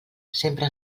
sempre